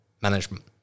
Management